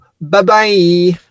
bye-bye